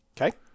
okay